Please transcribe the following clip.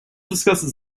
discusses